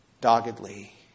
doggedly